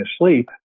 asleep